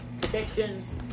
predictions